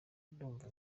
ndumva